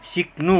सिक्नु